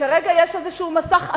וכרגע יש איזשהו מסך עשן.